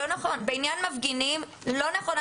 בעניין מפגינים, לא נכון.